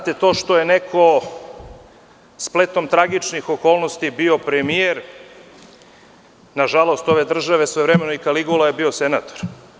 To što je neko spletom tragičnih okolnosti bio premijer, nažalost, ove države, svojevremeno i Kaligula je bio senator.